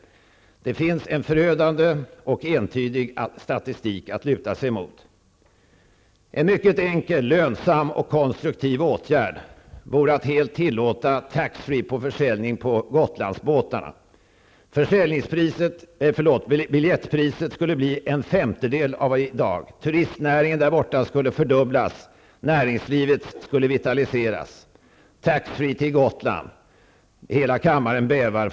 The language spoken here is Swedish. Det finns en förödande och entydig statistik att luta sig mot. En mycket enkel, lönsam och konstruktiv åtgärd vore att helt enkelt tillåta tax free försäljning på Gotlandsbåtarna. Biljettpriset skulle bli en femtedel av dagens. Turistnäringen på Gotland skulle fördubblas. Näringslivet skulle vitaliseras. Tax free till Gotland! Jag förstår att hela kammaren bävar.